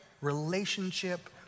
relationship